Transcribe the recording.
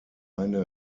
eine